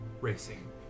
racing